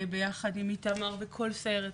ביחד עם איתמר וכל סיירת